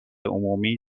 عمومی